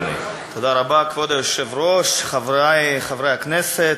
כבוד היושב-ראש, תודה רבה, חברי חברי הכנסת,